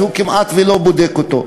הוא כמעט שלא בודק אותו.